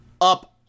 up